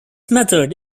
method